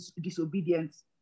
disobedience